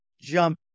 jump